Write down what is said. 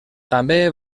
també